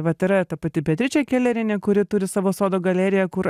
vat yra ta pati beatričė kelerienė kuri turi savo sodo galeriją kur